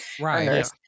Right